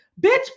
Bitch